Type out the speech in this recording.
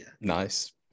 Nice